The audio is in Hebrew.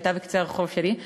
שהייתה בקצה הרחוב שלי,